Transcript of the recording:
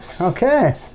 Okay